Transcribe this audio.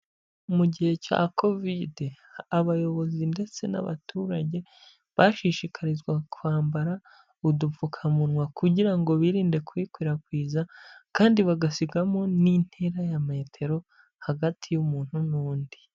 Mu gihe cya Covid, abayobozi ndetse n'abaturage bashishikarizwaga kwambara udupfukamunwa kugira ngo birinde kuyikwirakwiza kandi bagasigamo n'intera ya metero, hagati y'umuntu n'undi.